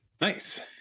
Nice